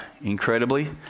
incredibly